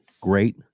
Great